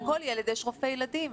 לכל ילד יש רופא ילדים.